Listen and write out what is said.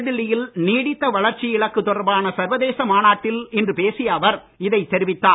புதுடில்லி யில் நீடித்த வளர்ச்சி இலக்கு தொடர்பான சர்வதேச மாநாட்டில் இன்று பேசிய அவர் இதைத் தெரிவித்தார்